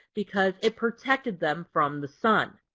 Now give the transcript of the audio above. because it protected them from the sun.